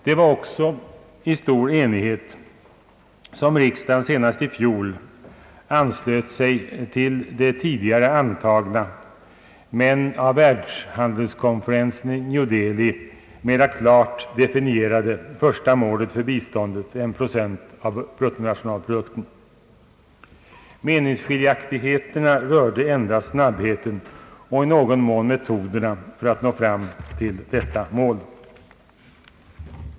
Det var också i stor enighet som riksdagen senast i fjol anslöt sig till det tidigare angivna men av världshandelskonferensen i New Delhi mera klart definierade första målet för biståndet, 1 procent av bruttonationalprodukten. Meningsskiljaktigheterna rörde endast snabbheten och i någon mån metoderna för att nå fram till detta mål.